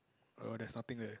err there's nothing there